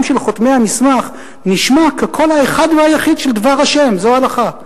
של חותמי המסמך נשמע כקול האחד והיחיד של דבר ה' זו הלכה.